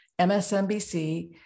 MSNBC